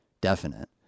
definite